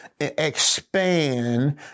expand